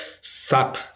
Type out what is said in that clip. SAP